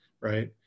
right